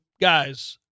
guys